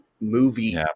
movie